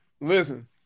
listen